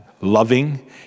loving